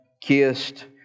kissed